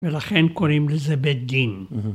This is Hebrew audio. ‫ולכן קוראים לזה בית דין.